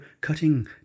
cutting